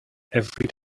every